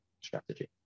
strategy